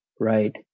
right